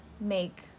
make